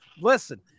Listen